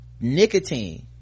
nicotine